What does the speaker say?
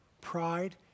Pride